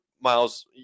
Miles